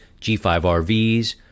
G5RVs